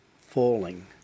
falling